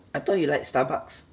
I thought you like Starbucks